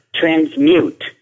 transmute